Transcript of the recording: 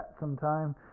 sometime